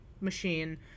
machine